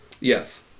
Yes